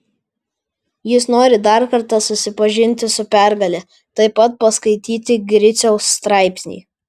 jis nori dar kartą susipažinti su pergale taip pat paskaityti griciaus straipsnį